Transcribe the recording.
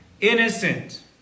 innocent